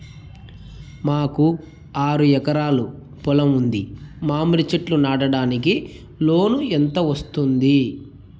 మాకు ఆరు ఎకరాలు పొలం ఉంది, మామిడి చెట్లు నాటడానికి లోను ఎంత వస్తుంది?